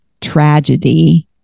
tragedy